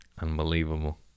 Unbelievable